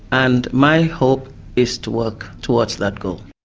and my hope is to work towards that goal.